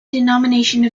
denomination